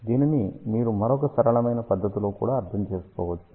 దీనిని మీరు మరొక సరళమైన పద్ధతిలో కూడా అర్థం చేసుకోవచ్చు